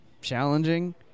challenging